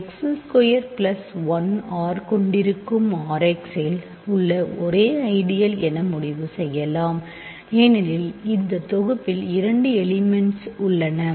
எனவே X square plus 1 R கொண்டிருக்கும் R x இல் உள்ள ஒரே ஐடியல் என முடிவு செய்யலாம் ஏனெனில் இந்த தொகுப்பில் இரண்டு எலிமெண்ட்ஸ் உள்ளன